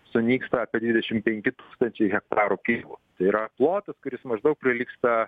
sunyksta apie dvidešimt penki tūkstančiai hektarų pivų tai yra plotis kuris maždaug prilygsta